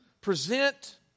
Present